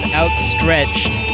outstretched